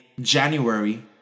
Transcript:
January